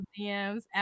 DMs